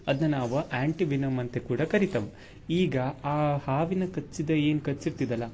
ಅದನ್ನ ನಾವು anti venom ಅಂತ ಕೂಡ ಕರಿತೇವು ಈಗ ಆ ಹಾವಿನ ಕಚ್ಚಿದ ಏನು ಕಚ್ಚಿರ್ತದಲ್ಲ